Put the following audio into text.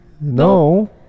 no